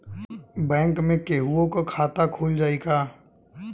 Bank में केहूओ के खाता खुल जाई का?